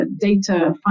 data